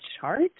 chart